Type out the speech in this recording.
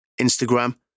Instagram